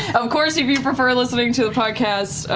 of course, if you prefer listening to the podcast,